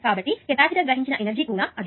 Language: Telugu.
కాబట్టి కెపాసిటర్ గ్రహించిన ఎనర్జీ కూడా అదే